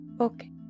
Okay